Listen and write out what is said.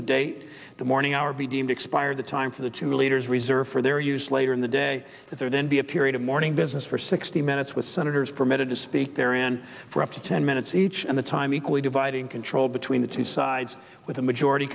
to date the morning hour be deemed expired the time for the two leaders reserved for their use later in the day there then be a period of mourning business for sixty minutes with senators permitted to speak there and for up to ten minutes each and the time equally dividing control between the two sides with the majority